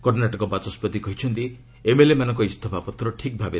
କର୍ଣ୍ଣାଟକ ବାଚସ୍କତି କହିଛନ୍ତି M L ଏମାନଙ୍କ ଇସ୍ତଫାପତ୍ର ଠିକ୍ ଭାବେ